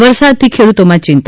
વરસાદથી ખેડૂતોમાં ચિંતા